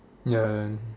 ya